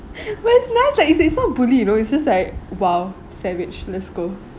but it's nice like is is not bully you know it's just like !wow! savage let's go